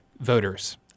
voters